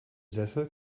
sessel